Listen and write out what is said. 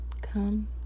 Come